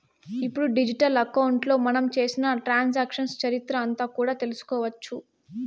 ఇప్పుడు డిజిటల్ అకౌంట్లో మనం చేసిన ట్రాన్సాక్షన్స్ చరిత్ర అంతా కూడా తెలుసుకోవచ్చు